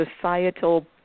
societal